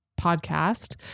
podcast